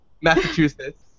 Massachusetts